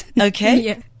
Okay